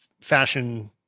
fashion